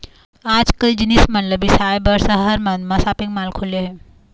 आजकाल जिनिस मन ल बिसाए बर सहर मन म सॉपिंग माल खुले हे